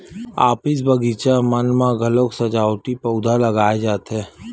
office, बगीचा मन म घलोक सजावटी पउधा लगाए जाथे